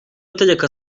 utegeka